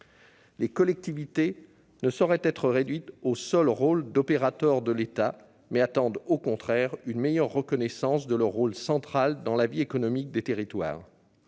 Les collectivités ne sauraient être réduites au seul rôle d'opérateurs de l'État. Elles attendent au contraire une meilleure reconnaissance de leur rôle, central, dans la vie économique des territoires.